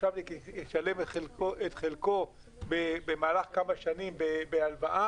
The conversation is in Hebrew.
המושבניק ישלם את חלקו במהלך כמה שנים בהלוואה